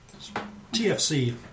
TFC